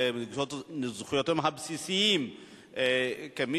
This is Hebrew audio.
למה אותו נהג מהמגזר הערבי מעורב יותר מכל